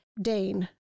Dane